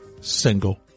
single